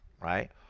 right